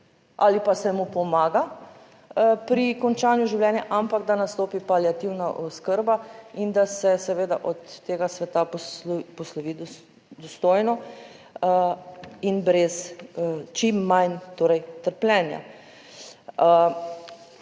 ali pa se mu pomaga pri končanju življenja, ampak da nastopi paliativna oskrba, in da se seveda od tega sveta poslovi dostojno in brez, čim manj torej trpljenja.